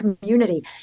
community